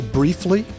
briefly